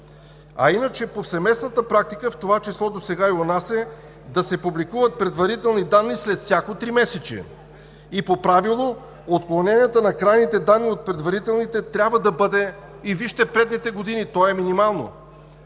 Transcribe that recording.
А иначе повсеместната практика, в това число досега и у нас, е да се публикуват предварителни данни след всяко тримесечие. И по правило отклоненията на крайните данни от предварителните трябва да бъде минимално – вижте предните години. Например